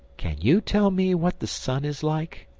can you tell me what the sun is like?